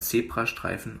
zebrastreifen